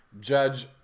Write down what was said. judge